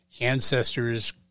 ancestors